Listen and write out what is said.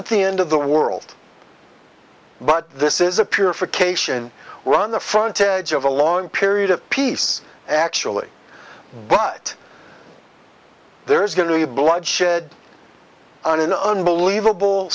isn't the end of the world but this is a purification we're on the front edge of a long period of peace actually but there is going to be bloodshed on an unbelievable